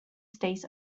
stays